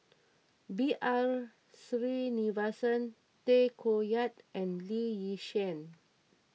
B R Sreenivasan Tay Koh Yat and Lee Yi Shyan